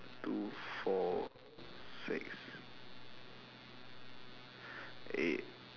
two four six eight